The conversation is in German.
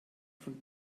von